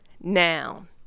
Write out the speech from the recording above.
noun